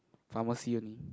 pharmacy only